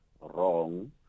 wrong